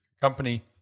company